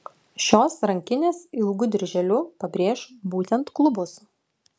šios rankinės ilgu dirželiu pabrėš būtent klubus